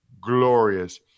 glorious